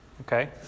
okay